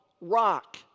rock